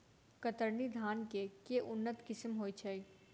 कतरनी धान केँ के उन्नत किसिम होइ छैय?